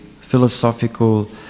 philosophical